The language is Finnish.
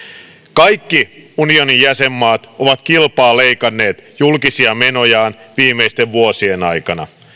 kaikki unionin jäsenmaat ovat kilpaa leikanneet julkisia menojaan viimeisten vuosien aikana